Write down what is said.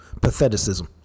patheticism